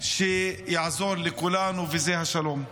שיעזור לכולנו, וזה השלום.